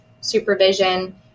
supervision